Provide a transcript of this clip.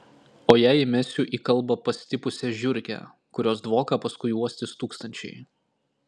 o jei įmesiu į kalbą pastipusią žiurkę kurios dvoką paskui uostys tūkstančiai